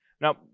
Now